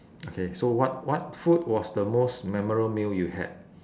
okay so what what food was the most memorable meal you had